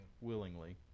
willingly